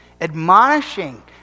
admonishing